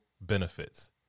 benefits